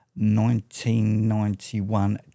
1991